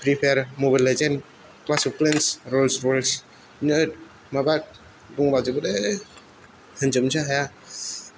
free fire mobile legend clash of clans रल्स रयस बिदिनो माबा दंलाजोबोलै होनजोबनोसो हाया